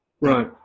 Right